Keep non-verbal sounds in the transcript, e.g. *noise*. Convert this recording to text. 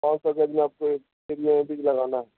پانچ سو گز میں آپ کو ایک *unintelligible* بیج لگانا ہے